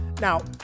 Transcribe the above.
Now